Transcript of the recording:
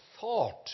thought